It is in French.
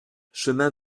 chemin